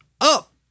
up